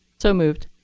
so moved.